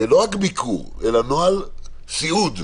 לא רק ביקור אלא נוהל סיעוד,